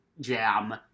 jam